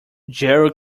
jerry